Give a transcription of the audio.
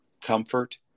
comfort